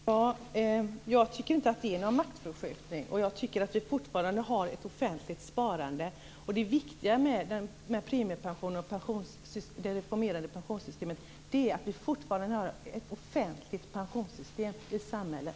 Fru talman! Jag tycker inte att det är någon maktförskjutning. Jag tycker att vi fortfarande har ett offentligt sparande. Det viktiga med premiepensionen och det reformerade pensionssystemet är att vi fortfarande har ett offentligt pensionssystem i samhället.